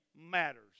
matters